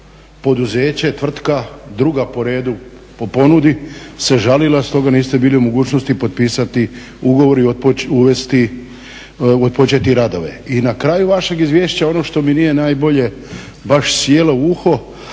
poduzeće, tvrtka, druga po redu po ponudi se žalila stoga niste bili u mogućnosti potpisati ugovor i otpočeti radove. I na kraju vašeg izvješća, ono što mi nije najbolje baš sjelo u uho,